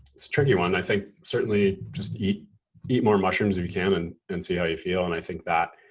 it's a tricky one. i think certainly just eat eat more mushrooms if you can and and see how you feel. and i think that